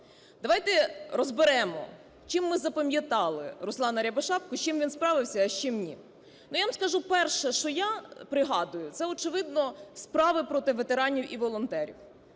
Давайте розберемо, чим ми запам'ятали Руслана Рябошапку, з чим він справився, а з чи ні. Ну, я вам скажу, перше, що я пригадую, це, очевидно, справи проти ветеранів і волонтерів.